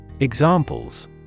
Examples